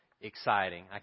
exciting